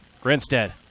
Grinstead